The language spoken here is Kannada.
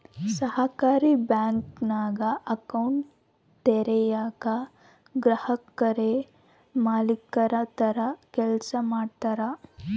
ಸಹಕಾರಿ ಬ್ಯಾಂಕಿಂಗ್ನಾಗ ಅಕೌಂಟ್ ತೆರಯೇಕ ಗ್ರಾಹಕುರೇ ಮಾಲೀಕುರ ತರ ಕೆಲ್ಸ ಮಾಡ್ತಾರ